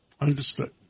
Understood